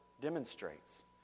demonstrates